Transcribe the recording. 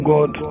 God